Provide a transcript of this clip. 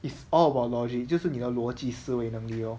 it's all about logic 就是你的逻辑思维能力 lor